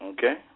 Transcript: Okay